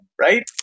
Right